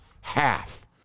half